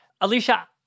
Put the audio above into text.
Alicia